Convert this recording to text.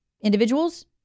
individuals